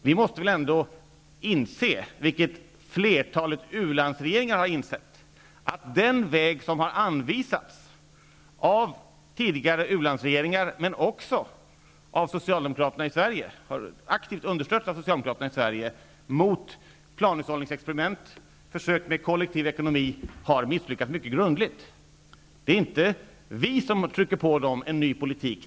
Vi måste väl ändå inse, vilket flertalet ulandsregeringar har insett, att den väg som har anvisats av tidigare u-landsregeringar, men som också aktivt har understötts av Socialdemokraterna i Sverige, mot planhushållningsexperiment och försök med kollektiv ekonomi, har misslyckats mycket grundligt. Det är inte vi som trycker på dem om en ny politik.